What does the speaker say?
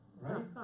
right